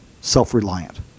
self-reliant